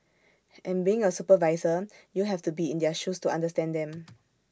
and being A supervisor you have to be in their shoes to understand them